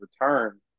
return